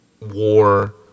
war